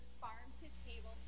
Farm-to-Table